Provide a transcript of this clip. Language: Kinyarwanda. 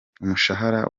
umushahara